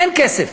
אין כסף.